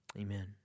amen